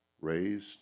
raised